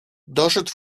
doszedł